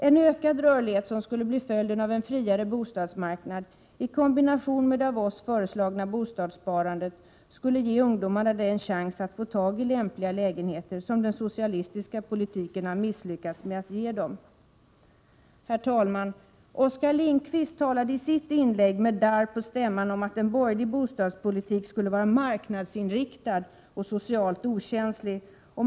En ökad rörlighet, som skulle bli följden av en friare bostadsmarknad, skulle, i kombination med det av oss föreslagna bostadssparandet, ge ungdomarna den chans att få tag i lämpliga lägenheter som den socialistiska politiken har misslyckats med att ge dem. Herr talman! Oskar Lindkvist talade i sitt inlägg med darr på stämman om att en borgerlig bostadspolitik skulle vara marknadsinriktad och socialt okänslig.